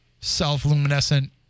self-luminescent